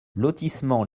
lotissement